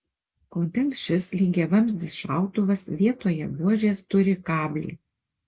kodėl šis lygiavamzdis šautuvas vietoje buožės turi kablį